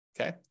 okay